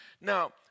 Now